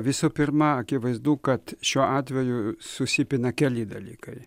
visų pirma akivaizdu kad šiuo atveju susipina keli dalykai